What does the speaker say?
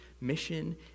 mission